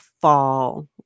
fall